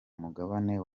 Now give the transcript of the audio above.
mugabane